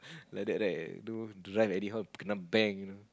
like that right don't drive anyhow kenna bang you know